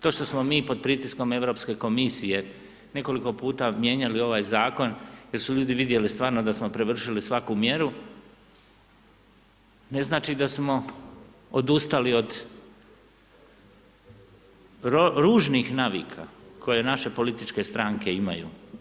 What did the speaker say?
To što smo mi pod pritiskom Europske komisije nekoliko puta mijenjali ovaj zakon jer su ljudi vidjeli stvarno da smo prevršili svaku mjeru ne znači da smo odustali od ružnih navika koje naše političke stranke imaju.